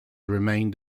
remained